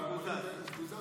דמוקרטיות מתות בחושך.